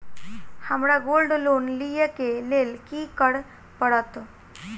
हमरा gold loan लिय केँ लेल की करऽ पड़त?